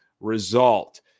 result